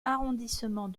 arrondissement